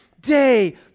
day